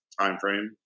timeframe